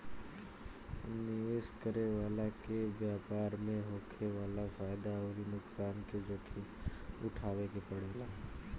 निवेश करे वाला के व्यापार में होखे वाला फायदा अउरी नुकसान के जोखिम उठावे के पड़ेला